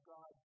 God